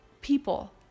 people